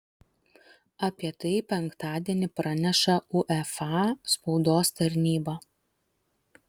apie tai penktadienį praneša uefa spaudos tarnyba